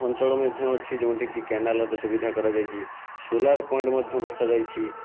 ଅଞ୍ଚଳ ମଧ୍ୟ ଅଛି ଯେଉଁଠିକି କେନାଲ ର ସୁବିଧା କରାଯାଇଛି ସୋଲାର ପଏଣ୍ଟ ମଧ୍ୟ ବସାଯାଇଛି